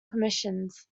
commissions